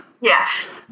Yes